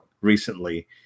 recently